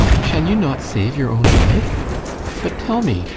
can you not save your own life but tell me,